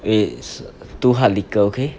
wait two hard liquor okay